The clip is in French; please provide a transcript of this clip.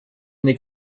n’est